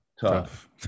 tough